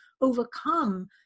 overcome